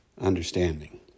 understanding